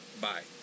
bye